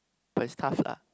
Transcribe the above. but is tough lah